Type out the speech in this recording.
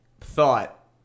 thought